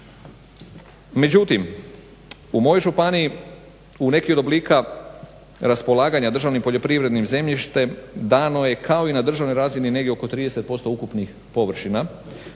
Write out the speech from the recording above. Međutim u mojoj županiji u neki od oblika raspolaganja državnim poljoprivrednim zemljištem dano je kao i na državnoj razini negdje oko 30% ukupnih površina